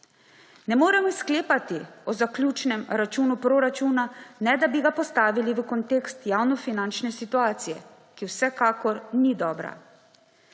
Ne moremo sklepati o zaključnem računu proračuna, ne da bi ga postavili v kontekst javnofinančne situacije, ki vsekakor ni dobra.